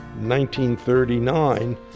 1939